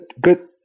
good